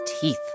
teeth